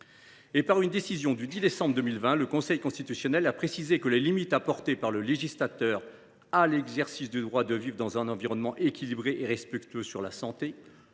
Par une décision du 10 décembre 2020, le Conseil constitutionnel a précisé que les limites apportées par le législateur à l’exercice du droit de vivre dans un environnement équilibré et respectueux de la santé,